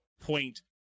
point